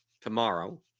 tomorrow